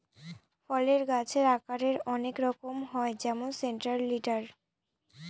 ফলের গাছের আকারের অনেক রকম হয় যেমন সেন্ট্রাল লিডার